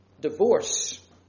divorce